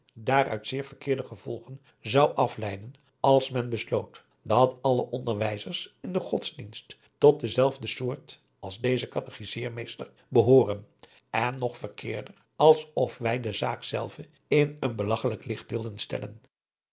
daaruit zeer verkeerde gevolgen zou afleiden als men besloot dat alle onderwijzers in den godsdienst tot dezelfde soort als deze katechizeermeester behooren en nog verkeerder als of wij de zaak zelve in een belagchelijk licht wilden stellen